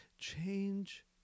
Change